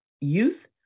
youth